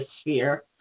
sphere